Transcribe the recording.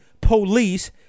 police